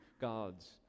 God's